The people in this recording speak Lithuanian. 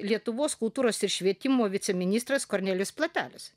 lietuvos kultūros ir švietimo viceministras kornelijus platelius